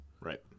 Right